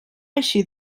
eixir